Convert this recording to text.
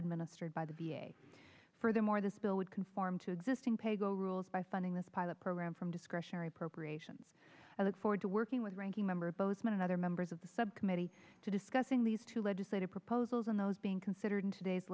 administered by the v a furthermore this bill would conform to existing pay go rules by funding this pilot program from discretionary appropriations i look forward to working with ranking member both men and other members of the subcommittee to discussing these two legislative proposals and those being considered today's